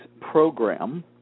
program